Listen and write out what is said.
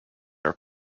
are